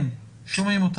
שומעים אותך.